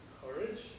courage